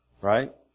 right